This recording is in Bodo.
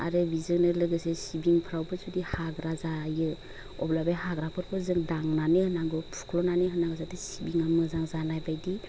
आरो बिजोंनो लोगोसे सिबिंफ्रावबो जुदि हाग्रा जायो अब्ला बे हाग्राफोरखौ जों दांनानै होनांगौ फुख्ल'नानै होनांगौ जाहाथे सिबिङा मोजां जानाय बायदि